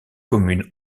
commune